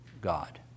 God